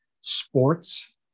sports